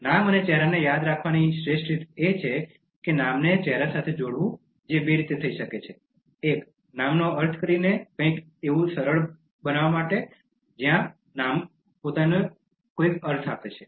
નામ અને ચહેરાને યાદ રાખવાની શ્રેષ્ઠ રીત એ છે કે નામને ચહેરા સાથે જોડવું જે બે રીતે થઈ શકે છે એક નામનો અર્થ કરીને કંઈક એવું થવું સરળ બને છે જ્યાં નામો પોતાને કંઈક અર્થ આપે છે